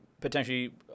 potentially